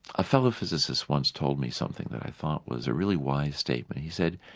a fellow physicist once told me something that i thought was a really wise statement, he said,